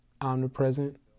omnipresent